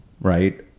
right